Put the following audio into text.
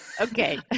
Okay